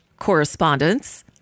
correspondence